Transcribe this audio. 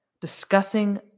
Discussing